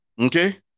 Okay